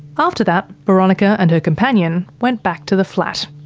after that, boronika and her companion went back to the flat.